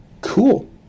Cool